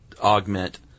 augment